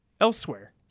Elsewhere